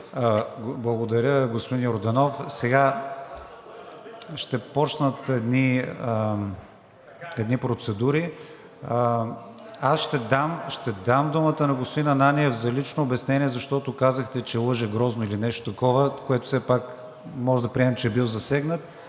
Благодаря, господин Йорданов. Сега ще започнат едни процедури. Аз ще дам думата на господин Ананиев за лично обяснение, защото казахте, че лъже грозно или нещо такова, с което все пак можем да приемем, че е бил засегнат.